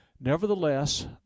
nevertheless